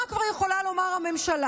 מה כבר יכולה לומר הממשלה?